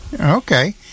Okay